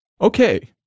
Okay